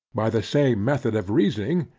by the same method of reasoning,